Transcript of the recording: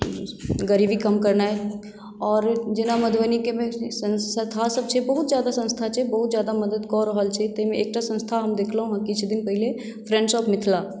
गरीबी कम करनाइ आओर जेना मधुबनीके संस्थासभ छै बहुत ज्यादा संस्था छै बहुत ज्यादा मदद कऽ रहल छै ताहिमे एकटा संस्था हम देखलहुँ हेँ किछु दिन पहिने फ्रेंड्स ऑफ़ मिथिला